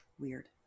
Weird